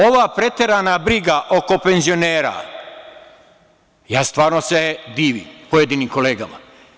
Ova preterana briga oko penzionera, ja stvarno se divim pojedinim kolegama.